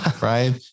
Right